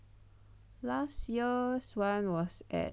last year's one was at